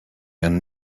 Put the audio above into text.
and